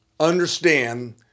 understand